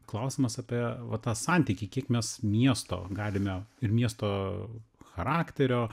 klausimas apie va tą santykį kiek mes miesto galime ir miesto charakterio